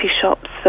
shops